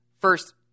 first